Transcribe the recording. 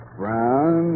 brown